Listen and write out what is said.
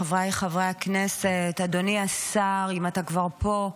חבריי חברי הכנסת, אדוני השר, אם אתה כבר פה,